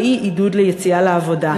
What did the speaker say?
שהיא עידוד ליציאה לעבודה.